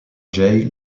jail